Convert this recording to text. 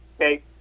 okay